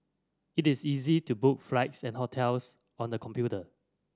it is easy to book flights and hotels on the computer